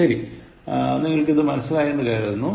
ശരി നിങ്ങൾക്കിത് മനസിലായി എന്ന് കരുതുന്നു